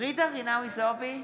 ג'ידא רינאוי זועבי,